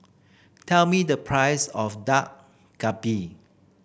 tell me the price of Dak Galbi